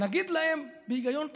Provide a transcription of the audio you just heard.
נגיד להם בהיגיון פשוט: